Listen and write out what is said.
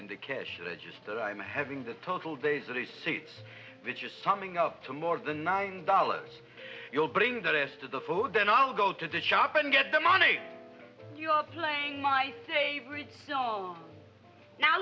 in the cash register i'm having the total days receipts which is summing up to more than nine dollars you'll bring the rest of the food then i'll go to the shop and get the money you are playing my favorites now